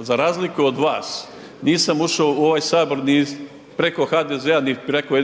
za razliku od vas, nisam ušao u ovaj HS ni preko HDZ-a, ni preko